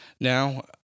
Now